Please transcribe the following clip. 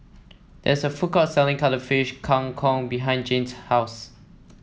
there is a food court selling Cuttlefish Kang Kong behind Jane's house